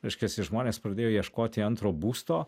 reiškiasi žmonės pradėjo ieškoti antro būsto